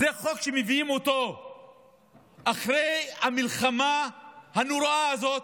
זה חוק שמביאים אותו אחרי המלחמה הנוראה הזאת,